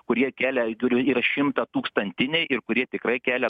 kurie keleiduriu yra šimtatūkstantiniai ir kurie tikrai kelia